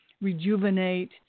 Rejuvenate